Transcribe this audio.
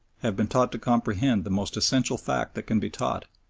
have been taught to comprehend the most essential fact that can be taught,